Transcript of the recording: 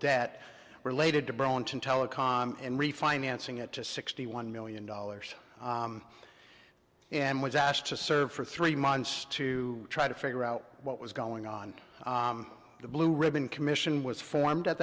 debt related to burlington telecom and refinancing it to sixty one million dollars and was asked to serve for three months to try to figure out what was going on the blue ribbon commission was formed at